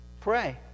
pray